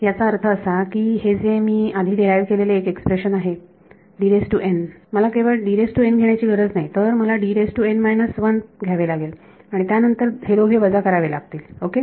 त्याचा अर्थ असा की हे जे मी आधी डिराईव्ह केलेले एक एक्सप्रेशन आहे केवळ मला घेण्याची गरज नाही तर मला यावे लागेल आणि त्यानंतर हे दोघे वजा करावे लागतील ओके